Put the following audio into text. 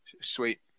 sweet